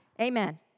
Amen